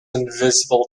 invisible